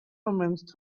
omens